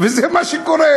וזה מה שקורה.